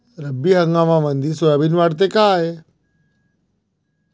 रब्बी हंगामामंदी सोयाबीन वाढते काय?